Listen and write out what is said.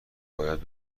باید